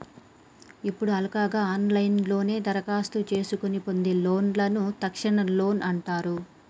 ఇప్పుడు హల్కగా ఆన్లైన్లోనే దరఖాస్తు చేసుకొని పొందే లోన్లను తక్షణ లోన్ అంటారు